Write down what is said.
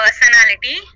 personality